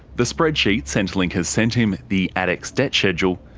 the spreadsheet centrelink has sent him, the adex debt schedule,